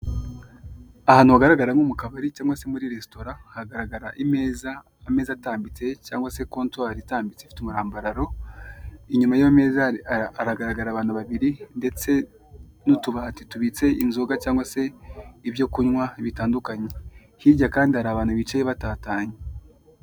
Ahantu hagaragar nko mu kabari, cyangwa muri resitora. Hagaragara ameza atambitse, nyuma y'iyo meza haragaragara abantu babiri ndetse n'utubati tubitse inzoga cyangwa se ibyo kunywabitandukanye. Hirya kandi hicaye abantu bagiye batatanye.